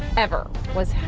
ever. was.